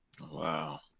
wow